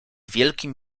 wielkim